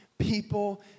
people